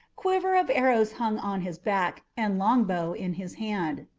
quiver of arrows hung on his back, and longbow in his hand.